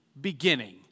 beginning